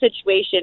situation